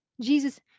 Jesus